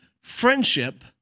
friendship